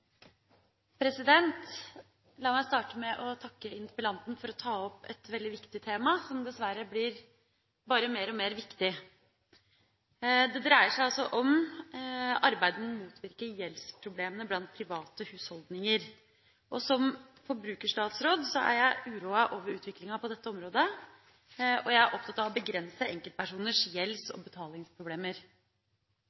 La meg starte med å takke interpellanten for å ta opp et veldig viktig tema, som dessverre bare blir mer og mer viktig. Det dreier seg om arbeidet med å motvirke gjeldsproblemene i private husholdninger. Som forbrukerstatsråd er jeg uroet over utviklinga på dette området, og jeg er opptatt av å begrense enkeltpersoners gjelds-